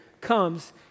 comes